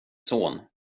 son